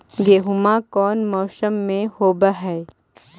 गेहूमा कौन मौसम में होब है?